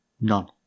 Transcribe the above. None